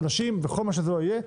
עונשים וכל מה שזה לא יהיה,